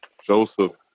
Joseph